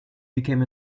became